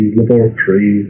laboratory